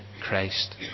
Christ